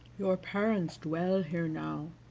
your parents dwell here now,